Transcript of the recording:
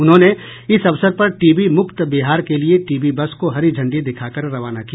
उन्होंन इस अवसर पर टीबी मुक्त बिहार के लिए टीबी बस को हरी झंडी दिखाकर रवाना किया